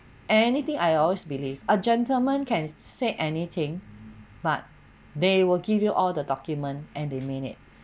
anything I always believe a gentleman can say anything but they will give you all the document and they mean it